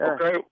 Okay